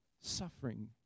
suffering